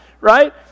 right